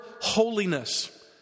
holiness